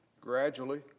gradually